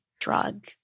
drug